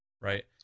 right